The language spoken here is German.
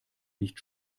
nicht